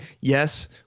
yes